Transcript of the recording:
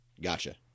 Gotcha